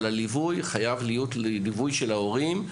אבל הליווי חייב להיות ליווי של ההורים,